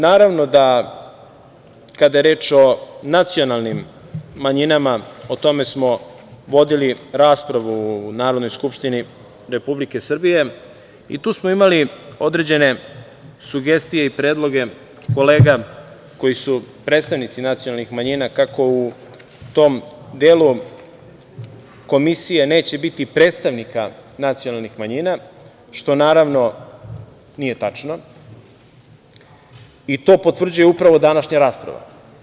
Naravno, da kada je reč o nacionalnim manjinama, o tome smo vodili raspravu u Narodnoj Skupštini Republike Srbije i tu smo imali određene sugestije i predloge, kolega koji su predstavnici nacionalnih manjina, kako u tom delu komisije neće biti predstavnika nacionalnih manjina, što naravno nije tačno i to potvrđuje današnja rasprava.